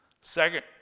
Second